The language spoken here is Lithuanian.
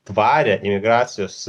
tvarią imigracijos